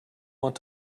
want